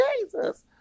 Jesus